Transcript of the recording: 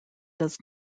does